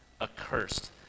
accursed